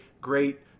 great